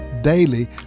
Daily